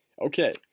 okay